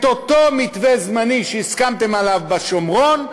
את אותו מתווה זמני שהסכמתם עליו בשומרון,